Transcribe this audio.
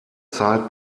zeit